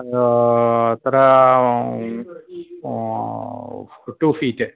अत्र two feet